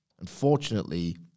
Unfortunately